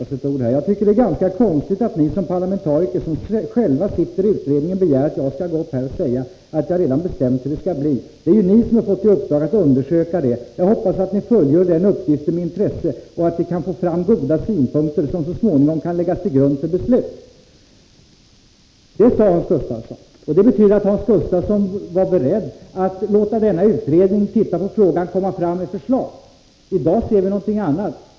Han fortsätter: ”Jag tycker att det är ganska konstigt att ni — som parlamentariker som själva sitter i utredningen — begär att jag skall gå upp här och säga att jag redan bestämt hur det skall bli. Det är ju ni som har fått i uppgift att undersöka detta. Jag hoppas att ni fullgör den uppgiften med intresse och att vi kan få fram goda synpunkter som så småningom kan läggas till grund för ett beslut.” Detta sade Hans Gustafsson. Det betyder att Hans Gustafsson var beredd att låta denna utredning se på frågan och komma fram till förslag. I dag ser vi någonting annat.